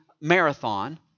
marathon